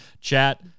Chat